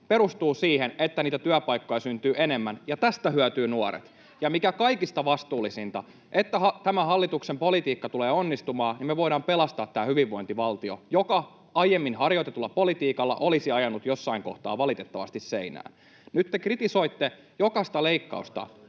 perustuu siihen, että niitä työpaikkoja syntyy enemmän, ja tästä hyötyvät nuoret. Ja, mikä kaikista vastuullisinta, kun tämä hallituksen politiikka tulee onnistumaan, niin me voidaan pelastaa tämä hyvinvointivaltio, joka aiemmin harjoitetulla politiikalla olisi ajanut jossain kohtaa valitettavasti seinään. Nyt te kritisoitte jokaista leikkausta,